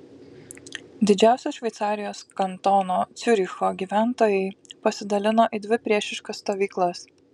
didžiausio šveicarijos kantono ciuricho gyventojai pasidalino į dvi priešiškas stovyklas